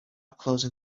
closing